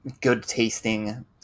good-tasting